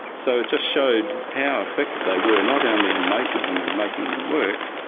so it just showed how effective they were, not only in making them and making them work,